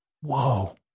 Whoa